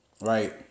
Right